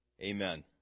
Amen